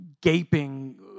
gaping